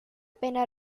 pena